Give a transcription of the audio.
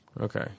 Okay